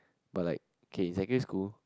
but like K in secondary school